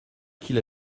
qu’il